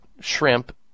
shrimp